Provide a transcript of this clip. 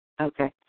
okay